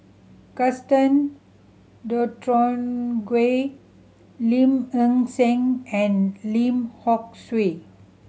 Gaston Dutronquoy Lim Ng Seng and Lim Hock Siew